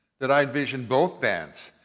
that i envision both bands.